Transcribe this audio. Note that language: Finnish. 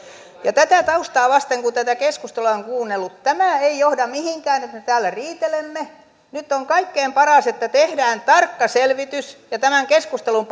tätä taustaa vasten kun tätä keskustelua on kuunnellut tämä ei johda mihinkään että täällä riitelemme nyt on kaikkein paras että tehdään tarkka selvitys ja tämän keskustelun